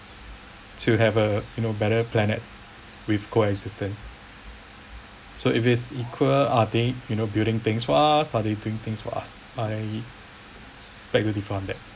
to have a you know better planet with coexistence so if it's equal are they you know building things for us are they doing things for us I beg with differ on that